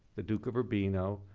the duke of urbino,